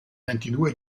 ventidue